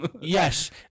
Yes